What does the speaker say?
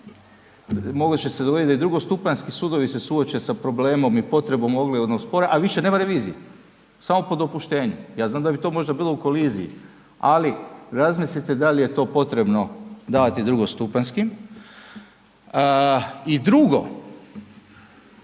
moguće se dogoditi da i drugostupanjski sudovi se suoče sa problemom i potrebom oglednog spora, a više nema revizije, samo po dopuštenju, ja znam da bi to možda bilo u koliziji ali razmislite da li je to potrebno davati drugostupanjskim. I drugo,